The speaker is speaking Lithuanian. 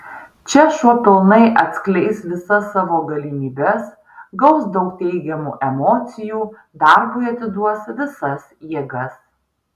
čia šuo pilnai atskleis visa savo galimybes gaus daug teigiamų emocijų darbui atiduos visas jėgas